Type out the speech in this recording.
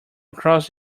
across